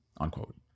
unquote